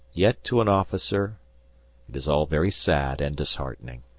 yet to an officer it is all very sad and disheartening.